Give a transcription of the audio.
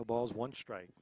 balls one strike